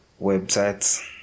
websites